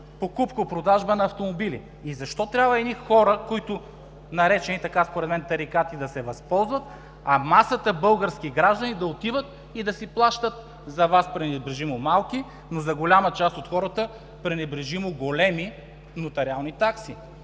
покупко-продажба на автомобили. И защо трябва едни хора, така наречени „тарикати“, да се възползват, а масата български граждани да отиват и да си плащат – за Вас пренебрежимо малки, но за голяма част от хората пренебрежимо големи нотариални такси.